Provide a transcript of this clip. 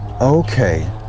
Okay